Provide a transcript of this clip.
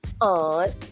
on